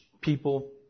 people